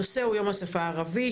הנושא הוא יום השפה הערבית,